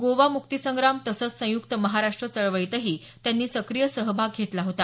गोवा मुक्ती संग्राम तसंच संयुक्त महाराष्ट चळवळीतही त्यांनी सक्रिय सहभाग घेतला होता